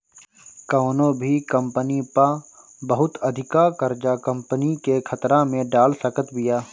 कवनो भी कंपनी पअ बहुत अधिका कर्जा कंपनी के खतरा में डाल सकत बिया